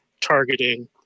targeting